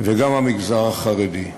וגם המגזר החרדי.